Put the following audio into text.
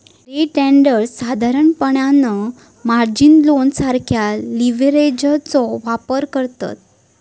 day traders साधारणपणान margin loan सारखा लीव्हरेजचो वापर करतत